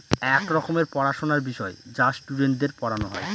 এক রকমের পড়াশোনার বিষয় যা স্টুডেন্টদের পড়ানো হয়